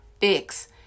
fix